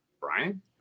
Brian